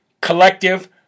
collective